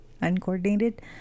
uncoordinated